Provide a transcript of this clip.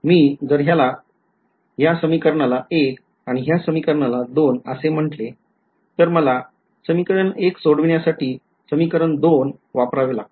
मी जर ह्याला समीकरण १ आणि ह्याला समीकरण २ असे म्हण्टले तर मला १ सोडविण्यासाठी २ वापरावे लागेल